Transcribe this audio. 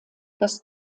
das